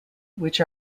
which